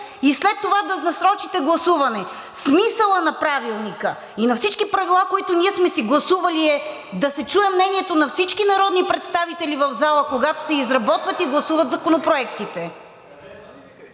и след това да насрочите гласуване! Смисълът на Правилника и на всички правила, които ние сме си гласували, е да се чуе мнението на всички народни представители в залата, когато се изработват и гласуват законопроектите!